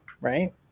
right